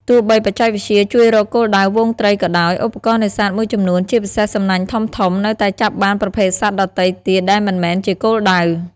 ទោះបីបច្ចេកវិទ្យាជួយរកគោលដៅហ្វូងត្រីក៏ដោយ ឧបករណ៍នេសាទមួយចំនួន ជាពិសេសសំណាញ់ធំៗ នៅតែចាប់បានប្រភេទសត្វដទៃទៀតដែលមិនមែនជាគោលដៅ។